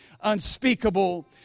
unspeakable